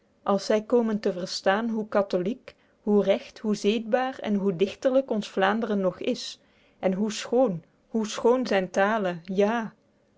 als zy komen te verstaen hoe katholiek hoe regt hoe zeedbaer en hoe dichterlyk ons vlaenderen nog is en hoe schoon hoe schoon zyn tale ja